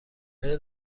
آیا